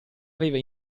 aveva